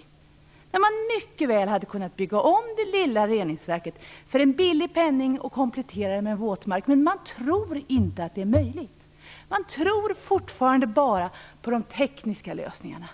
I stället hade man mycket väl kunnat bygga om det lilla reningsverket för en billig penning och komplettera det med en våtmark. Men man tror inte att det är möjligt. Man tror fortfarande bara på de tekniska lösningarna.